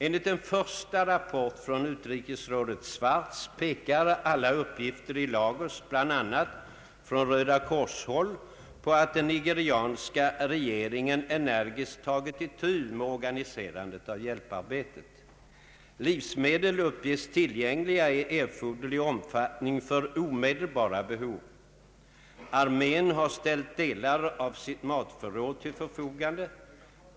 Enligt en första rapport från utrikesrådet Swartz pekar alla uppgifter i Lagos, bl.a. från Röda kors-håll, på att den nigerianska regeringen energiskt tagit itu med organiserandet av hjälparbetet. Livsmedel uppges tillgängliga i erforderlig omfattning för omedelbara behov. Armén har ställt delar av sitt matförråd till förfogande.